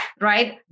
right